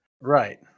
Right